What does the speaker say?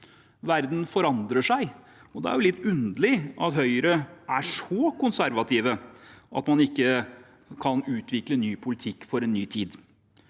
Verden forandrer seg. Det er litt underlig at Høyre er så konservative at man ikke kan utvikle ny politikk for en ny tid.